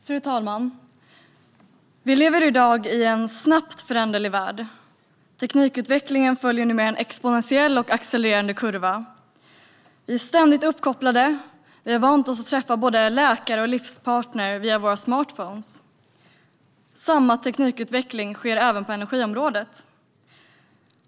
Fru talman! Vi lever i dag i en snabbt föränderlig värld. Teknikutvecklingen följer numera en exponentiell och accelererande kurva. Vi är ständigt uppkopplade och har vant oss vid att träffa både läkare och livspartner via våra smartphones. Samma teknikutveckling sker även på energiområdet.